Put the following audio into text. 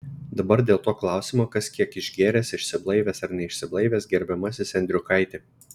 dabar dėl to klausimo kas kiek išgėręs išsiblaivęs ar neišsiblaivęs gerbiamasis endriukaiti